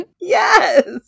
yes